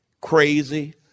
crazy